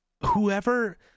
whoever